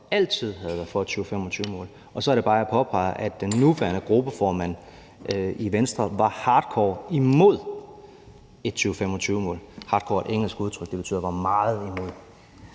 altid har været for et 2025-mål, og så er det bare, at jeg påpeger, at den nuværende gruppeformand i Venstre var hardcore imod et 2025-mål – hardcore er et engelsk udtryk og betyder, at han var meget imod;